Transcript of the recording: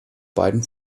beiden